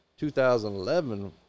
2011